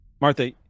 Martha